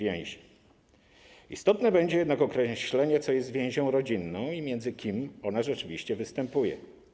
Istotne będzie jednak określenie, co jest więzią rodzinną i między kim ona rzeczywiście występuje.